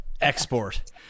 Export